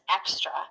extra